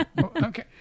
Okay